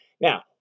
Now